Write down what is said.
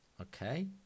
Okay